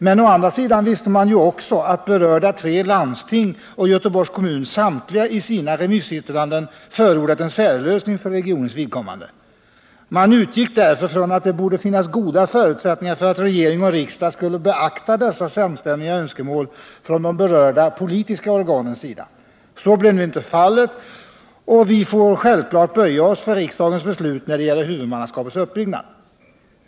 Men å andra sidan visste man ju också, att berörda tre landsting och Göteborgs kommun samtliga i sina remissyttranden förordat en särlösning för regionens vidkommande. Man utgick därför från att det borde finnas goda förutsättningar för att regering och riksdag skulle beakta dessa samstämmiga önskemål från de berörda politiska organens sida. Så blev nu icke fallet, och vi får självklart böja oss för riksdagens beslut när det gäller huvudmannaskapets uppbyggnad.